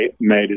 made